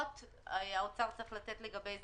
--- אז מהתחלה לתת לו מה שהוא רוצה?